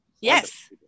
yes